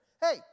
hey